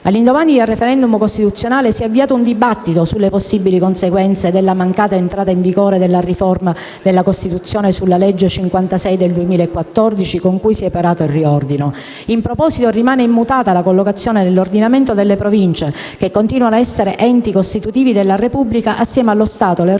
All'indomani del *referendum* costituzionale, si è avviato un dibattito sulle possibili conseguenze della mancata entrata in vigore della riforma della Costituzione sulla legge n. 56 del 2014, con cui si è operato il riordino. In proposito, rimane immutata la collocazione nell'ordinamento delle Province, che continuano a essere enti costitutivi della Repubblica assieme allo Stato, le Regioni,